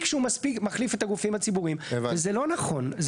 שהוא מחליף את הגופים הציבוריים וזה לא נכון.